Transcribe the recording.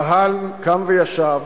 הקהל קם וישב,